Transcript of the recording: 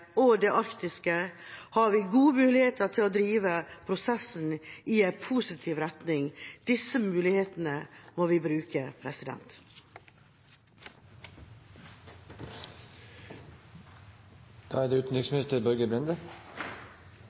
og det arktiske har vi gode muligheter til å drive prosessen i en positiv retning. Disse mulighetene må vi bruke. Utviklingen i våre nærområder skaper nye utfordringer for det